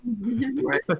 Right